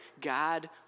God